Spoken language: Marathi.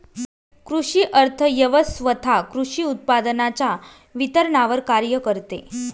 कृषी अर्थव्यवस्वथा कृषी उत्पादनांच्या वितरणावर कार्य करते